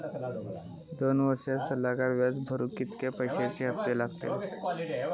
दोन वर्षात सगळा व्याज भरुक कितक्या पैश्यांचे हप्ते लागतले?